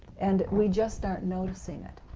and we just aren't noticing it,